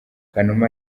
kanuma